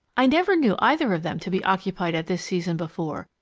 i never knew either of them to be occupied at this season before.